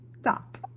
stop